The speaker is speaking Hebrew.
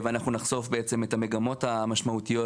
ובעצם אנחנו נחשוף את המגמות המשמעותיות